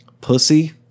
Pussy